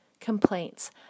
complaints